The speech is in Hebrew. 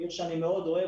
עיר שאני מאוד אוהב,